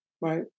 Right